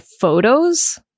photos